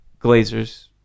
Glazers